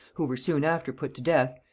who were soon after put to death,